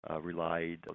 relied